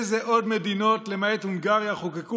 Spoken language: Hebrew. באילו עוד מדינה למעט הונגריה חוקקו